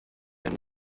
end